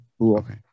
Okay